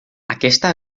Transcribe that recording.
aquesta